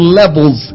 levels